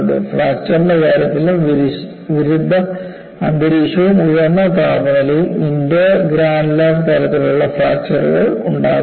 ഫ്രാക്ചർന്റെ കാര്യത്തിലും വിരുദ്ധ അന്തരീക്ഷവും ഉയർന്ന താപനിലയും ഇന്റർഗ്രാനുലർ തരത്തിലുള്ള ഫ്രാക്ചർകൾ ഉണ്ടാക്കുന്നു